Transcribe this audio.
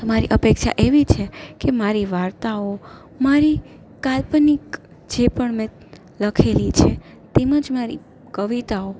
અમારી અપેક્ષા એવી છે કે મારી વાર્તાઓ મારી કાલ્પનિક જે પણ મેં લખેલી છે તેમજ મારી કવિતાઓ